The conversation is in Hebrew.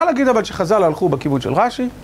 להגיד אבל שחז"ל הלכו בכיוון של רש"י